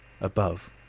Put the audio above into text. Above